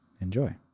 enjoy